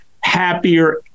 happier